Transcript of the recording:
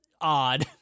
odd